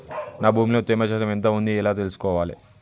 నా భూమి లో తేమ శాతం ఎంత ఉంది ఎలా తెలుసుకోవాలే?